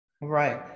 Right